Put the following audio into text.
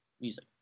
music